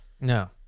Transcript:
No